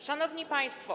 Szanowni Państwo!